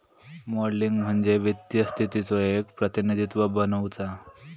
modelling म्हणजे वित्तीय स्थितीचो एक प्रतिनिधित्व बनवुचा